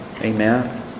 Amen